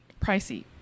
pricey